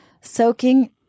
soaking